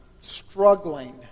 struggling